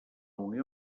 unió